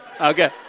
Okay